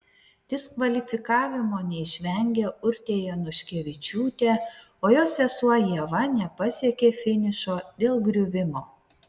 diskvalifikavimo neišvengė urtė januškevičiūtė o jos sesuo ieva nepasiekė finišo dėl griuvimo